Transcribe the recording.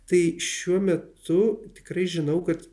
tai šiuo metu tikrai žinau kad